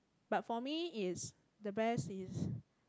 but for me is the best is